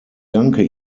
danke